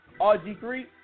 RG3